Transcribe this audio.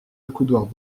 accoudoirs